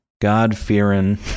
God-fearing